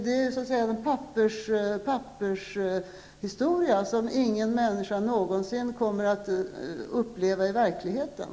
Det är en papperskonstruktion som ingen människa någonsin kommer att uppleva i verkligheten.